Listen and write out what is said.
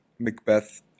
Macbeth